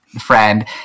friend